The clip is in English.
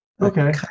Okay